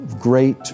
great